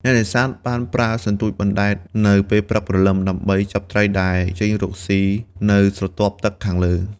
អ្នកនេសាទបានប្រើសន្ទូចបណ្ដែតនៅពេលព្រឹកព្រលឹម ដើម្បីចាប់ត្រីដែលចេញរកស៊ីនៅស្រទាប់ទឹកខាងលើ។